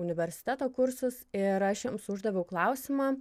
universiteto kursus ir aš jiems uždaviau klausimą